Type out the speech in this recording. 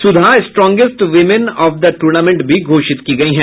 Sudha strongest woman of the tournament भी घोषित की गयी हैं